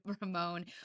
Ramon